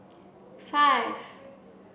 five